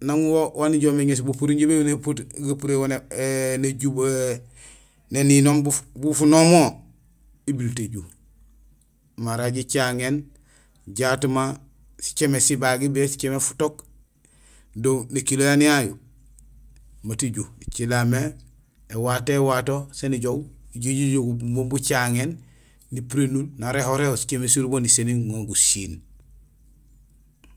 nang wo waan ijoow mé éŋéés injé bugapurénul wo néjubohoom; néninoom bufunoom wo, ibilut éju. Mara jicaŋéén jaat ma sicémé sibagiir bé sicémé futook do nékilo yanuur yayu, maat iju icilaam mé éwato wato sén ijoow ijé ijogul bumbo bucaŋéén nipurénul nang réhoréhor sicémé surubo nisénil guŋa gusiil.